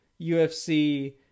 UFC